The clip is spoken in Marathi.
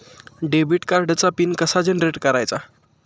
डेबिट कार्डचा पिन कसा जनरेट करायचा?